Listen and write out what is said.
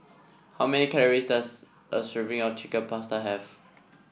how many calories does a serving of Chicken Pasta have